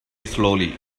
slowly